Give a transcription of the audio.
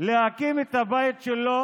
להקים את הבית שלו